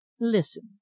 listen